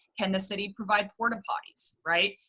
can the city provide port-o-potties, right?